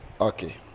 okay